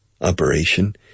operation